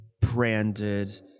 branded